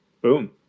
Boom